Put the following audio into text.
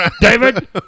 David